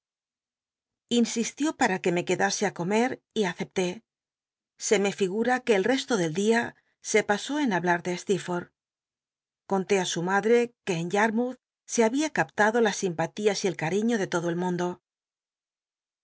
insistió para que me quedase ti comct y acepté se me ligum que el resto del dia se pasó en hablar de slecrforlh conté á su madre que en yarmouth se había captado las simpalias y el catiño de lodo el mundo